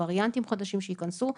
וריאנטים חדשים שייכנסו,